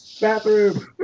Bathroom